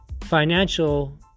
financial